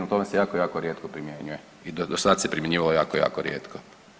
O tome se jako, jako rijetko primjenjuje i do sada se primjenjivalo jako, jako rijetko.